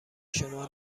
شما